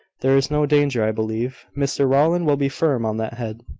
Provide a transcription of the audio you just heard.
there is no danger i believe mr rowland will be firm on that head.